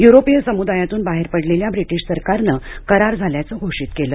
युरोपीय समुदायातून बाहेर पडलेल्या ब्रिटीश सरकारनं करार झाल्याचं घोषित केलं